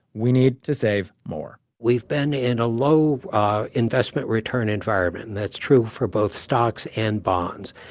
we need to save more we've been in a low investment-return environment and that's true for both stocks and bonds,